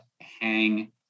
hang